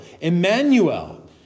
Emmanuel